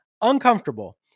uncomfortable